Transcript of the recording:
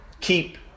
keep